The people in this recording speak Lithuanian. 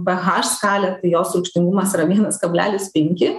ph skalę tai jos rūgštingumas yra vienas kablelis penki